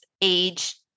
age